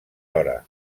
hora